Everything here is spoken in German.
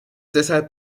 deshalb